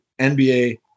NBA